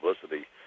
publicity